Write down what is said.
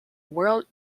world